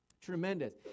Tremendous